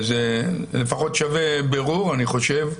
זה לפחות שווה בירור, אני חושב.